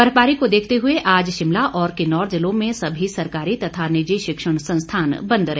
बर्फबारी को देखते हुए आज शिमला और किन्नौर ज़िलों में सभी सरकारी तथा निजी शिक्षण संस्थान बंद रहे